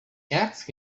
asked